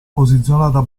posizionata